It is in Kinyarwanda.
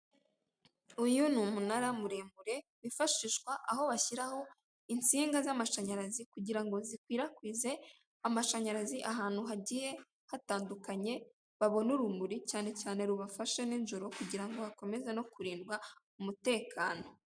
Uyu ni umunara muremure bifashishwa aho bashyiraho insinga z'amashanyarazi kugira ngo zikwirakwize amashanyarazi ahantu hagiye hatandukanye, babone urumuri cyane cyane rubafashe ninjoro kugira ngo bakomeze no kurindwa umutekano.